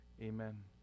amen